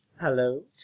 Hello